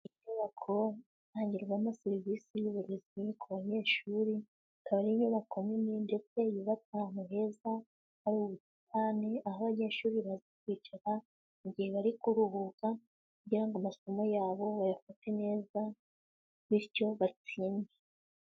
Inyubako itangirwamo serivisi y'uburezi ku banyeshuri, ikaba ari inyubako nini ndetse yubatse ahantu heza, hari ubusitani aho abanyeshuri baza kwicara mu gihe bari kuruhuka, kugira ngo amasomo yabo bayafate neza, bityo batsinde.